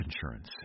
insurance